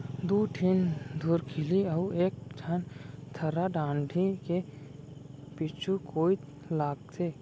दू ठिन धुरखिली अउ एक ठन थरा डांड़ी के पीछू कोइत लागथे